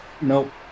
nope